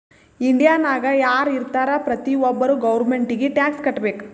ಇಂಡಿಯಾನಾಗ್ ಯಾರ್ ಇರ್ತಾರ ಪ್ರತಿ ಒಬ್ಬರು ಗೌರ್ಮೆಂಟಿಗಿ ಟ್ಯಾಕ್ಸ್ ಕಟ್ಬೇಕ್